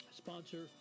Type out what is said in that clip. sponsor